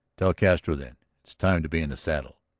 tell castro, then. it's time to be in the saddle.